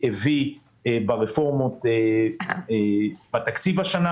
הביא ברפורמות בתקציב השנה.